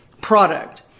product